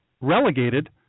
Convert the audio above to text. relegated